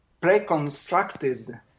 pre-constructed